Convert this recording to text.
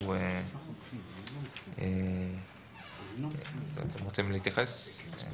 הוא קובע הוראות - מה עושה המשטרה בכלי ירייה שהגיע לידיה.